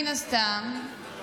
מן הסתם,